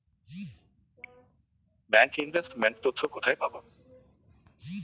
Bank investment তথ্য কোথায় পাব?